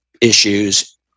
issues